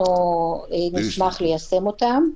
נשמח ליישם אותן.